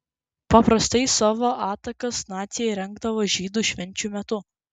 paprastai savo atakas naciai rengdavo žydų švenčių metu